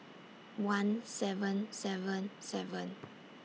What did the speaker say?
one seven seven seven